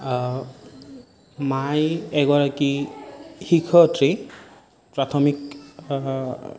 মাই এগৰাকী শিক্ষয়িত্ৰী প্ৰাথমিক